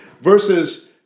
versus